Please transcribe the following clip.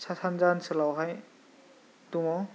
सा सानजा ओनसोलावहाय दङ